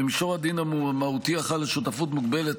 במישור הדין המהותי החל על שותפות מוגבלת,